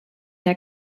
der